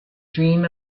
dream